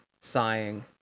sighing